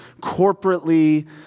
corporately